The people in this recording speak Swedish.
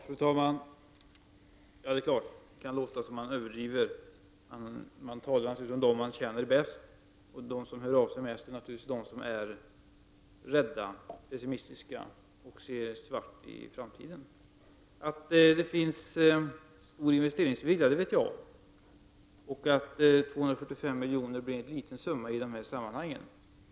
Fru talman! Det är klart att det kan låta som om man överdriver. Man talar naturligtvis om dem som man känner bäst. De som hör av sig mest är naturligtvis de som är rädda, pessimistiska och som ser framtiden i svart. Jag vet om att det finns en stor investeringsvilja, och jag vet också att 245 milj.kr. är en liten summa i dessa sammanhang.